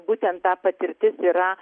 būtent ta patirtis yra